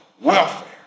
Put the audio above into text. welfare